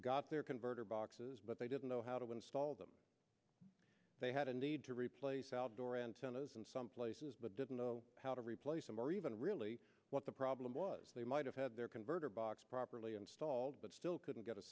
got their converter boxes but they didn't know how to install them they had a need to replace outdoor antennas and some places but didn't know how to replace them or even really what the problem was they might have had their converter box properly installed but still couldn't get a